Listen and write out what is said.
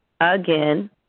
again